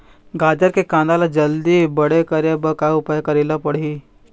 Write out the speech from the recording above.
गाजर के कांदा ला जल्दी बड़े करे बर का उपाय करेला पढ़िही?